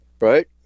right